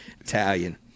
Italian